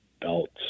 belts